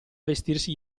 vestirsi